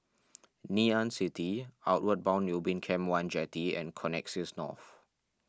Ngee Ann City Outward Bound Ubin Camp one Jetty and Connexis North